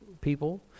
people